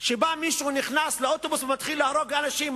בא מישהו, נכנס לאוטובוס ומתחיל להרוג אנשים.